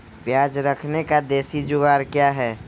प्याज रखने का देसी जुगाड़ क्या है?